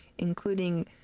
including